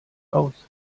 aus